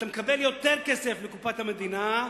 אתה מקבל יותר כסף לקופת המדינה,